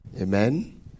amen